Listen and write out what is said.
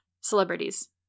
Celebrities